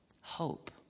Hope